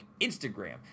Instagram